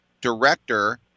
director